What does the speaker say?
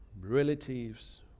relatives